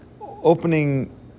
opening